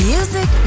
Music